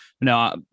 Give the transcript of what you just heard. No